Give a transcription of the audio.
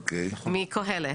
מקהלת,